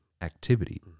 activity